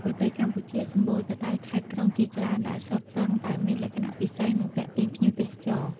ប្រទេសកម្ពុជាសម្បូរទៅដោយខេត្តក្រុងជាច្រើន ដែលសុទ្ធសឹងតែមានលក្ខណៈពិសេស និងទាក់ទាញភ្ញៀវទេសចរ។